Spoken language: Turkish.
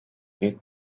büyük